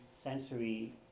sensory